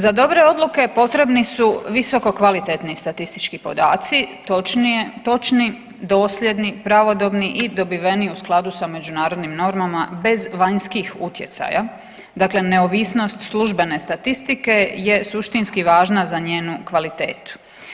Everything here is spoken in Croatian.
Za dobre odluke potrebni su visokokvalitetni statistički podaci, točnije, točni, dosljedni, pravodobni i dobiveni u skladu sa međunarodnim normama bez vanjskih utjecaja, dakle neovisnost službene statistike je suštinski važna za njenu kvalitetu.